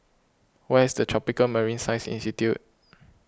where is Tropical Marine Science Institute